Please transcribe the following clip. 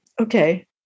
okay